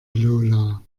lola